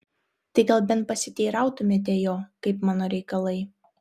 tai gal bent pasiteirautumėte jo kaip mano reikalai